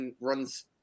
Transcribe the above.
runs